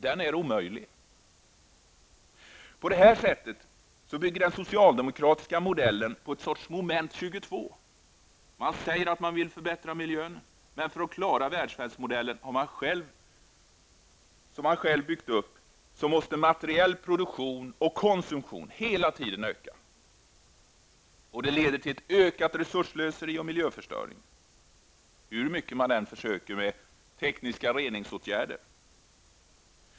Den är omöjlig. På det här sättet bygger den socialdemokratiska modellen på ett sorts moment 22. Man säger att man vill förbättra miljön. Men för att klara den välfärdsmodell man själv har byggt upp måste materiell produktion och konsumtion hela tiden öka. Det leder till ökat resursslöseri och miljöförstöring, hur mycket man än försöker med tekniska reningsåtgärder.